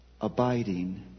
abiding